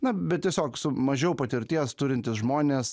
na bet tiesiog su mažiau patirties turintys žmonės